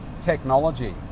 technology